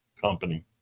company